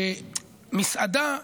היא שמסעדה,